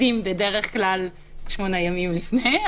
יודעים בדרך כלל שמונה ימים לפני,